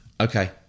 okay